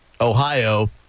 Ohio